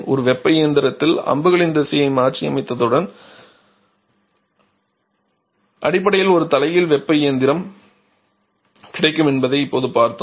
ஒரு வெப்ப இயந்திரத்தில் அம்புகளின் திசையை மாற்றியமைத்தவுடன் அடிப்படையில் ஒரு தலைகீழ் வெப்ப இயந்திரம் கிடைக்கும் என்பதை இப்போது பார்த்தோம்